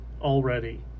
already